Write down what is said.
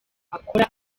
akora